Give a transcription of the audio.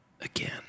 again